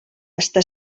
està